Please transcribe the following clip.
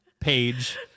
page